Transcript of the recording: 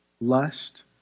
lust